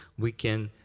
we can